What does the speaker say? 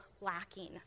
lacking